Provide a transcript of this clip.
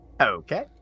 Okay